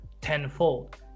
tenfold